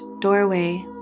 doorway